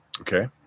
Okay